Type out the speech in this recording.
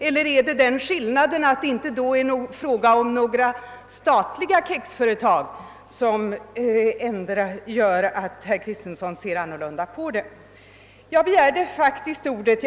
Eller kommer den om :ständigheten att det inte är fråga om några statliga kexföretag att föranleda, att herr Kristenson kommer att se annorlunda på den saken?